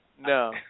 no